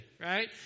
right